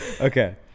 okay